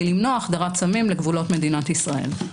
למנוע החדרת סמים לגבולות מדינת ישראל.